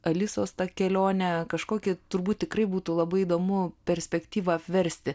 alisos tą kelionę kažkokį turbūt tikrai būtų labai įdomu perspektyvą apversti